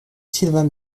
sylvain